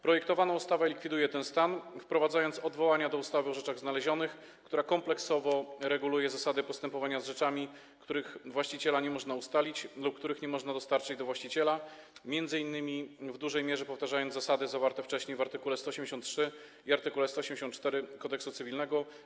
Projektowana ustawa likwiduje ten stan, wprowadzając odwołania do ustawy o rzeczach znalezionych, która kompleksowo reguluje zasady postępowania z rzeczami, których właściciela nie można ustalić lub których nie można dostarczyć do właściciela, m.in. w dużej mierze powtarzając zasady zawarte wcześniej w art. 183 i art. 184 Kodeksu cywilnego.